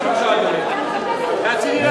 אדוני.